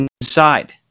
inside